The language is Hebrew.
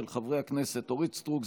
של חברי הכנסת אורית סטרוק,